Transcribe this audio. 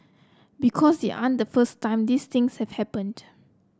because they aren't the first time these things have happened